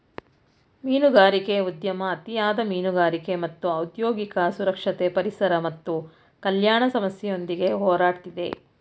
ಮೀನುಗಾರಿಕೆ ಉದ್ಯಮ ಅತಿಯಾದ ಮೀನುಗಾರಿಕೆ ಮತ್ತು ಔದ್ಯೋಗಿಕ ಸುರಕ್ಷತೆ ಪರಿಸರ ಮತ್ತು ಕಲ್ಯಾಣ ಸಮಸ್ಯೆಯೊಂದಿಗೆ ಹೋರಾಡ್ತಿದೆ